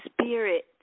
spirit